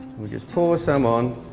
we just pour some on